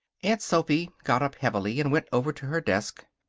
aunt sophy got up, heavily, and went over to her desk.